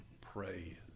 pray